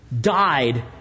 died